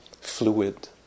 fluid